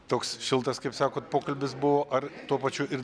toks šiltas kaip sakot pokalbis buvo ar tuo pačiu ir